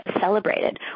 celebrated